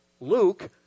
Luke